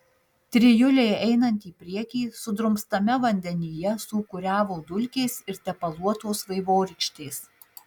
trijulei einant į priekį sudrumstame vandenyje sūkuriavo dulkės ir tepaluotos vaivorykštės